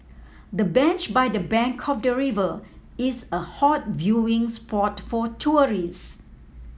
the bench by the bank of the river is a hot viewing spot for tourists